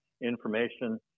information